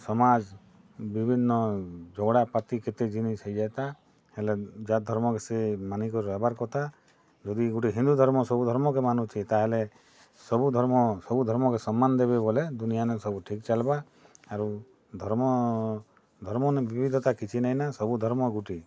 ସମାଜ୍ ବିଭିନ୍ନ ଝଗଡ଼ା ପାତି କେତେ ଜିନିଷ୍ ହେଇଯାତା ହେଲେ ଯା ଧର୍ମ କେ ସେ ମାନି କରି ରହିବାର୍ କଥା ଯଦି ଗୁଟେ ହିନ୍ଦୁ ଧର୍ମ ସବୁ ଧର୍ମ କେ ମାନୁଛି ତା'ହେଲେ ସବୁ ଧର୍ମ ସବୁ ଧର୍ମ କେ ସମ୍ମାନ ଦେବେ ବୋଲେ ଦୁନିଆ ନେ ସବୁ ଠିକ ଚାଲ୍ବା ଆରୁ ଧର୍ମ ଧର୍ମ ନୁ ବିଭିଧତା କିଛି ନାଇଁନ ସବୁ ଧର୍ମ ଗୁଟେ